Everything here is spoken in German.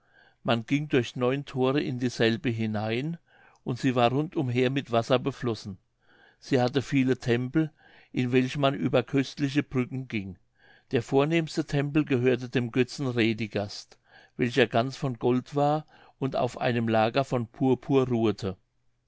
man ging durch neun thore in dieselbe hinein und sie war rund umher mit wasser beflossen sie hatte viele tempel in welche man über köstliche brücken ging der vornehmste tempel gehörte dem götzen redigast welcher ganz von gold war und auf einem lager von purpur ruhete